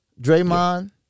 Draymond